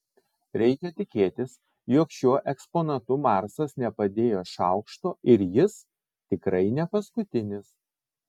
reikia tikėtis jog šiuo eksponatu marsas nepadėjo šaukšto ir jis tikrai ne paskutinis